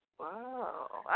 Wow